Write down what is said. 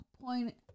Point